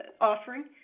offering